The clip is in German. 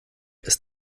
ist